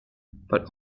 but